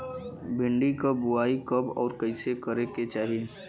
भिंडी क बुआई कब अउर कइसे करे के चाही?